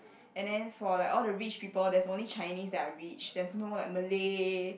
and then for like all the rich people there's only Chinese that are rich there's no like Malay